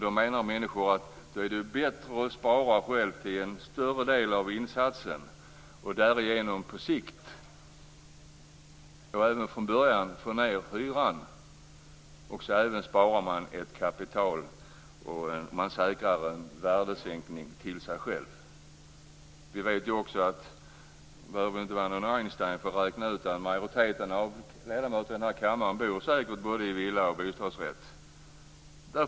Då menar människor att det är bättre att spara själv till en större del av insatsen och därigenom på sikt - och även från början - få ned hyran och även spara kapital och säkra det mot värdesänkning till sig själv. Man behöver inte vara någon Einstein för att räkna ut att majoriteten av ledamöterna i den här kammaren säkert bor i villor och bostadsrätter.